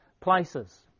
places